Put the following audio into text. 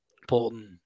important